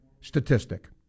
statistic